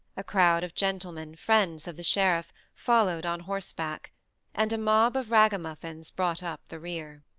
a crowd of gentlemen, friends of the sheriff, followed on horseback and a mob of ragamuffins brought up the rear.